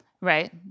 Right